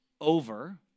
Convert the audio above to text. over